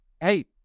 hey